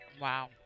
Wow